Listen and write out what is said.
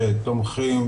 שתומכים,